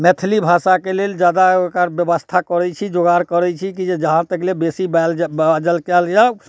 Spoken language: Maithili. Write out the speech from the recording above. मैथिली भाषाके लेल जादा ओकर व्यवस्था करैत छी जोगार करैत छी कि जे जहाँ तकले बेसी बाजऽ बाजल कयल जाओ